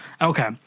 Okay